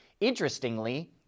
Interestingly